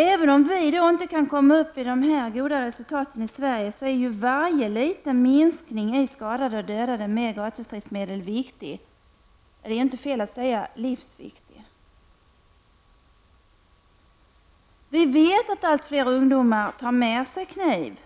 Även om vi i Sverige inte kommer att nå detta goda resultat, så är ändå varje liten minskning i skadade och dödade med gatustridsmedel viktig, ja, det är inte fel att säga livsviktig. Vi vet att allt fler ungdomar tar med sig kniv